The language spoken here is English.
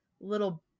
little